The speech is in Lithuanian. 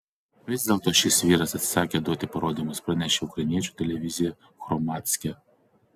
vis dėlto šis vyras atsisakė duoti parodymus pranešė ukrainiečių televizija hromadske